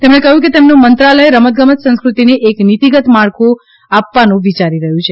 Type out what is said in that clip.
તેમણે કહ્યું કે તેમનું મંત્રાલય રમતગમત સંસ્કૃતિને એક નીતિગત માળખું આપવાનું વિચારી રહયું છે